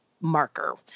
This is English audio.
marker